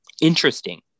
interesting